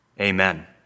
Amen